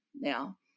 now